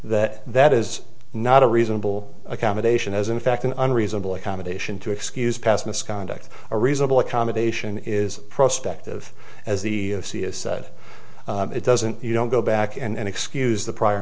that that is not a reasonable accommodation is in fact an unreasonable accommodation to excuse past misconduct a reasonable accommodation is a prospect of as the c s said it doesn't you don't go back and excuse the prior